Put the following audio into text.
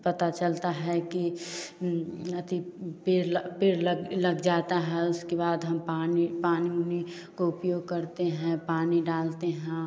पता चलता है कि अति पेड़ ल पेड़ लग जाता है उसके बाद पानी पानी उनी को उपयोग करते हैं पानी डालते हाँ